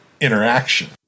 interaction